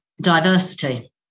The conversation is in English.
diversity